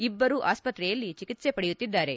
ಇಬ್ಲರು ಆಸ್ಸತ್ತೆಯಲ್ಲಿ ಚಿಕಿತ್ತೆ ಪಡೆಯುತ್ತಿದ್ದಾರೆ